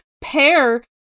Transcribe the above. pair